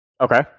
Okay